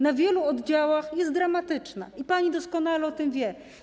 na wielu oddziałach jest dramatyczna, i pani doskonale o tym wie.